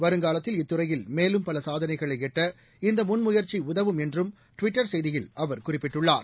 வருங்காலத்தில் இத்துறையில் மேலும் பலசாதனைகளைஎட்ட இந்தமுன்முயற்சிஉதவும் என்றும் ட்விட்டர் செய்தியில் அவர் குறிப்பிட்டுள்ளார்